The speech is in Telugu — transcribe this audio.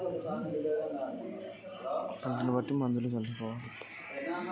వాటికి ఎట్లాంటి మందులను చల్లుతరు?